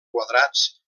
quadrats